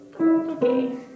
Okay